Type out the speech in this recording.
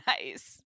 nice